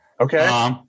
Okay